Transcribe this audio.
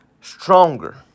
stronger